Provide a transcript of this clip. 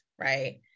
Right